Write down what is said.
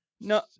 No